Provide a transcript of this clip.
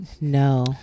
no